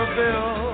bill